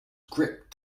grip